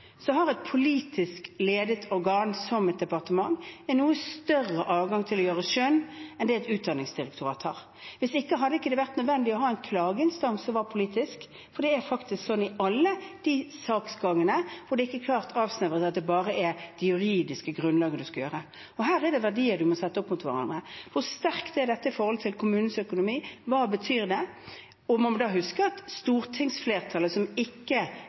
har et politisk ledet organ, som et departement, en noe større adgang til å bruke skjønn enn det Utdanningsdirektoratet har. Hvis ikke hadde det ikke vært nødvendig å ha en klageinstans som var politisk, for det er faktisk sånn i all saksgang hvor det ikke er klart avsnevret at det bare er det juridiske grunnlaget man skal gjøre bruk av. Og her er det verdier man må sette opp mot hverandre. Hvor sterkt er dette i forhold til kommunens økonomi? Hva betyr det? Og man må da huske at stortingsflertallet, som vi ikke